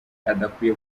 adakwiye